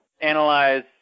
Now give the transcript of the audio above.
analyze